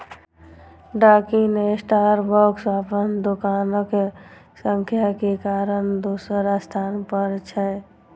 Dunkin Starbucks अपन दोकानक संख्या के कारण दोसर स्थान पर छै